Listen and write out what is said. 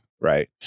Right